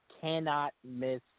cannot-miss